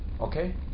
Okay